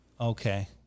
Okay